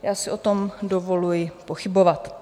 Já si o tom dovoluji pochybovat.